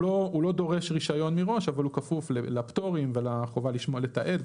הוא לא דורש רישיון מראש אבל הוא כפוף לפטורים ולחובה לתעד,